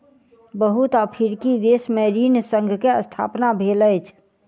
बहुत अफ्रीकी देश में ऋण संघ के स्थापना भेल अछि